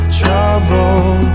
trouble